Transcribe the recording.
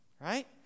right